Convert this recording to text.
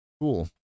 Cool